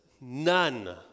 None